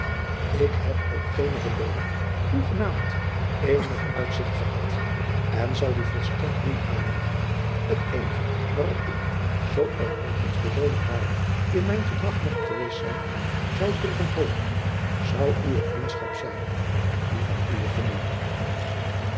k heb op geene belooning hoegenaamd eenig uitzigt gehad en zal die volstrekt niet aannemen het eenige waarop ik zoo er al iets belooning waardig in mijn gedrag mogt geweest zijn zou durven hopen zou uwe vriendschap zijn en die van uwe familie